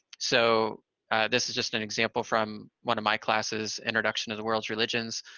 so this is just an example from one of my classes, introduction to the world's religions,